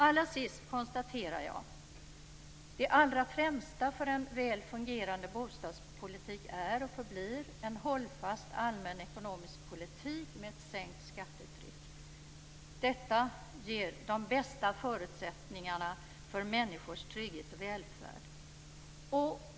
Allra sist konstaterar jag: Det allra främsta för en väl fungerande bostadspolitik är och förblir en hållfast allmän ekonomisk politik med ett sänkt skattetryck. Detta ger de bästa förutsättningarna för människors trygghet och välfärd.